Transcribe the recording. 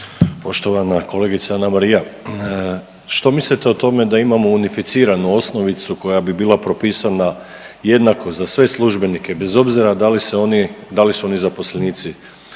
Poštovana kolegica Anamarija, što mislite o tome da imao unificiranu osnovicu koja bi bila propisana jednako za sve službenike bez obzira da li se oni, da li